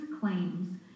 claims